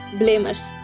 blamers